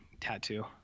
tattoo